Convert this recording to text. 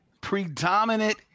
predominant